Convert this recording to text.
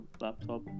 laptop